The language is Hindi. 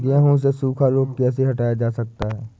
गेहूँ से सूखा रोग कैसे हटाया जा सकता है?